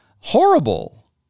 horrible